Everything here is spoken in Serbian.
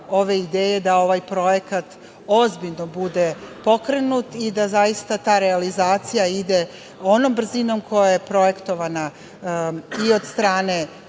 ove ideje da ovaj projekat ozbiljno bude pokrenut i da ta realizacija ide onom brzinom koja je projektovana i od strane